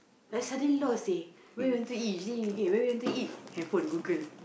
I suddenly lost seh where you want to eat you say okay where we want to eat handphone Google